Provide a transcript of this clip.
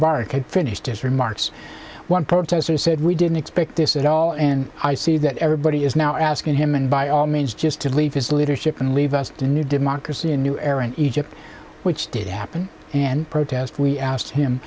barak had finished his remarks one protester said we didn't expect this at all and i see that everybody is now asking him and by all means just to leave his leadership and leave us to new democracy a new era in egypt which did happen and protest we asked him